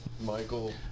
Michael